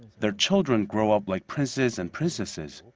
their children grow up like princes and princesses.